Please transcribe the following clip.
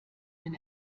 wenn